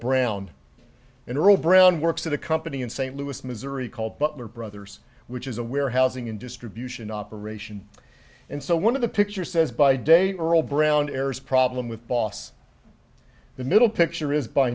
brown and brown works at a company in st louis missouri called butler brothers which is a warehousing and distribution operation and so one of the pictures says by day earl brown bears problem with boss the middle picture is by